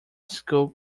school